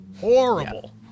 Horrible